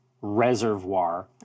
reservoir